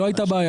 לא הייתה בעיה.